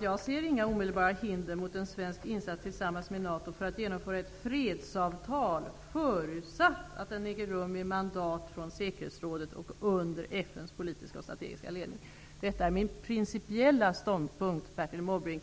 Jag ser inga omedelbara hinder för en svensk insats i syfte att tillsammans med NATO genomföra ett fredsavtal, förutsatt att den äger rum med mandat från säkerhetsrådet och under FN:s politiska och strategiska ledning. Detta är min principiella ståndpunkt, Bertil Måbrink.